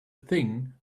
thing